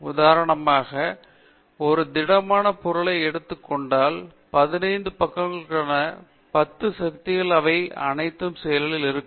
உதாரணமாக ஒரு திடமான பொருளை எடுத்துக் கொண்டால் 15 பக்கங்களுக்கான 10 சக்திகள் அவை அனைத்தும் செயலில் இருக்கும்